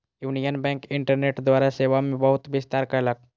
union Bank internet द्वारा सेवा मे बहुत विस्तार कयलक